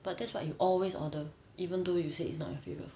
but that's what you always order even though you said it's not your favourite